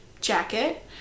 jacket